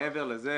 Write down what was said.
מעבר לזה,